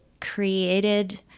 created